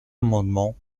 amendement